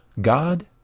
God